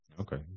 Okay